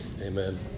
amen